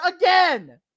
again